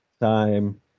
time